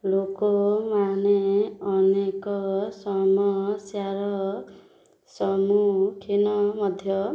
ଲୋକମାନେ ଅନେକ ସମସ୍ୟାର ସମ୍ମୁଖୀନ ମଧ୍ୟ